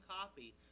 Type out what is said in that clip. copy